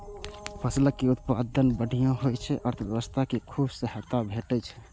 फसलक उत्पादन बढ़िया होइ सं अर्थव्यवस्था कें खूब सहायता भेटै छै